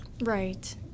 Right